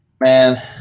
man